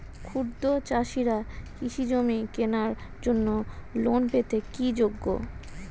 ক্ষুদ্র চাষিরা কৃষিজমি কেনার জন্য লোন পেতে কি যোগ্য?